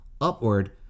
upward